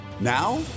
Now